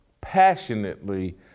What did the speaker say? passionately